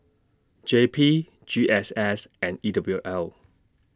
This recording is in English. J P G S S and E W L